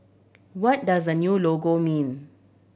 what does the new logo mean